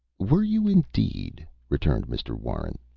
were you, indeed? returned mr. warren.